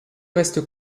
reste